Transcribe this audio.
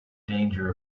danger